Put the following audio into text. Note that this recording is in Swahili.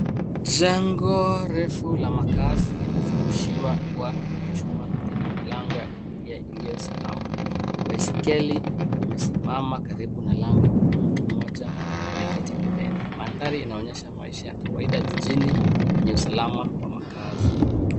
Jengo refu la makaazi limezungushiwa ua wa chuma na lina milango ya kuingilia iliyo salama. Baiskeli imesimama karibu na lango huku mtu mmoja ameketi pembeni. Mandhari inaonyesha maisha ya kawaida jijini yenye usalama wa makaazi.